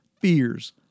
fears